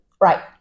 Right